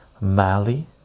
Mali